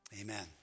Amen